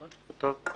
טוב.